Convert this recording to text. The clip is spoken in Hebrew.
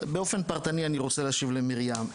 באופן פרטני אני רוצה להשיב למרים.